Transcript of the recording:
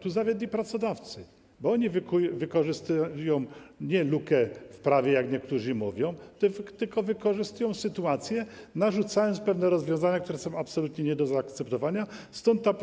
Tu zawiedli pracodawcy, bo oni wykorzystują nie lukę w prawie, jak niektórzy mówią, tylko sytuację, narzucając pewne rozwiązania, które są absolutnie nie do zaakceptowania, stąd ta